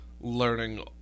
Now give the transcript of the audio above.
learning